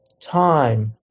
time